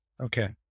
Okay